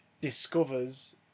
discovers